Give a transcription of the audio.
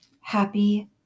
Happy